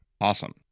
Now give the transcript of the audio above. awesome